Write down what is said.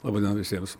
laba diena visiems